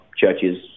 churches